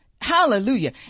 Hallelujah